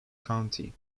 county